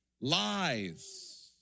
lies